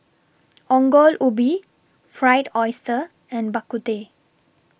Ongol Ubi Fried Oyster and Bak Kut Teh